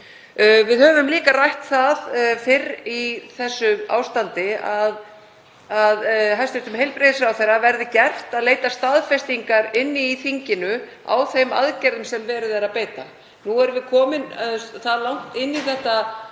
Við höfum líka rætt það fyrr í þessu ástandi að hæstv. heilbrigðisráðherra verði gert að leita staðfestingar í þinginu á þeim aðgerðum sem verið er að beita. Nú erum við komin það langt inn í þetta ferli